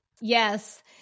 Yes